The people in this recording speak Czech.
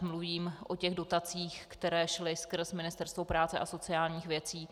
Mluvím o dotacích, které šly skrz Ministerstvo práce a sociálních věcí.